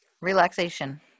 Relaxation